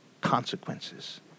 consequences